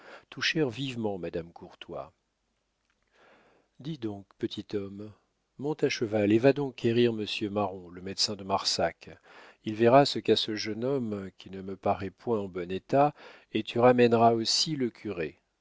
touchèrent vivement madame courtois dis donc petit homme monte à cheval et va donc quérir monsieur marron le médecin de marsac il verra ce qu'a ce jeune homme qui ne me paraît point en bon état et tu ramèneras aussi le curé